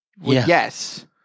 yes